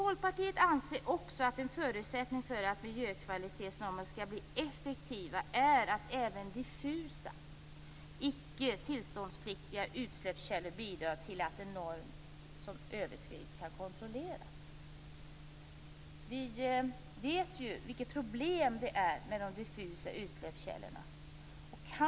Vidare anser vi i Folkpartiet att en förutsättning för att miljökvalitetsnormerna skall bli effektiva är att även diffusa, icke tillståndspliktiga utsläppskällor bidrar till att en norm som överskrids kan kontrolleras. Vi vet ju vilka problem de diffusa utsläppskällorna för med sig.